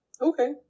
okay